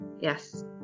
Yes